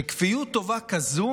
שכפיות טובה כזאת